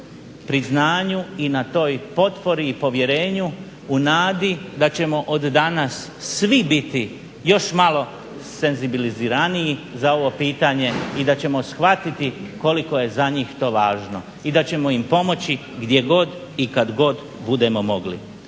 priznanju i na toj potpori i povjerenju u nadi da ćemo od danas svi biti još malo senzibiliziraniji za ovo pitanje i da ćemo shvatiti koliko je za njih to važno i da ćemo im pomoći gdje god i kad god budemo mogli.